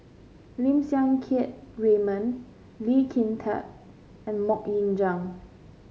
Lim Siang Keat Raymond Lee Kin Tat and MoK Ying Jang